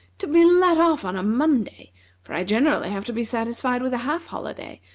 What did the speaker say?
to be let off on a monday for i generally have to be satisfied with a half-holiday,